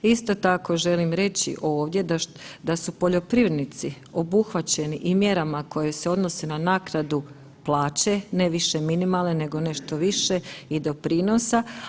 Isto tako želim reći ovdje da su poljoprivrednici obuhvaćeni i mjerama koje se odnose na naknadu plaće, ne više minimalne nego nešto više i doprinosa.